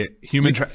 human